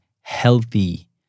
healthy